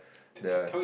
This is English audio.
the